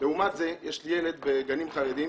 לעומת זה יש לי ילד בגנים חרדים.